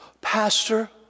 pastor